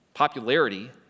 Popularity